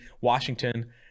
Washington